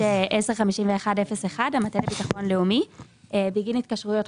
אם יש תלונה, אתם מטפלים.